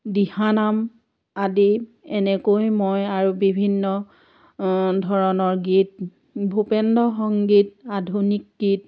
দিহানাম আদি এনেকৈ মই আৰু বিভিন্ন ধৰণৰ গীত ভূপেন্দ্ৰ সংগীত আধুনিক গীত